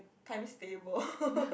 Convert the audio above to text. times table